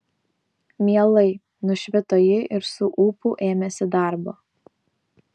mielai nušvito ji ir su ūpu ėmėsi darbo